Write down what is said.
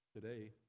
today